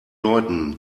leuten